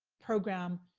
program.